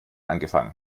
angefangen